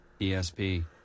ESP